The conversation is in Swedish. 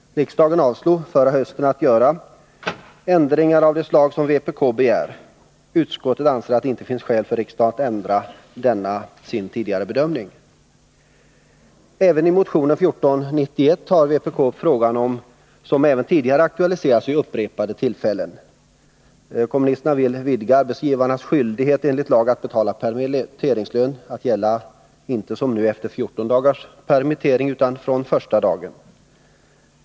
Riksdagen avslog förra året ett yrkande om att göra ändringar av det slag som vpk också nu begär. Utskottet anser att det inte finns skäl för riksdagen att ändra denna sin tidigare bedömning. I motion 1491 tar vpk upp en fråga som även tidigare har aktualiserats vid upprepade tillfällen. Kommunisterna vill vidga arbetsgivarnas skyldighet enligt lag att betala permitteringslön, att gälla inte som nu efter 14 dagars permittering utan från första dagen.